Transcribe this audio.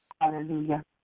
Hallelujah